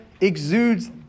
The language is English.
exudes